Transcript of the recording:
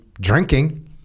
drinking